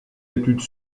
études